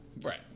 Right